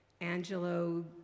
Angelo